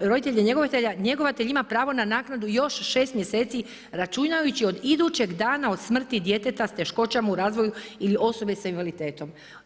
roditelja njegovatelja, njegovatelj ima pravo na naknadu još 6 mjeseci računajući od idućeg dana od smrti djeteta s teškoćama u razvoju ili osobe s invaliditetom.